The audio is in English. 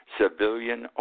civilian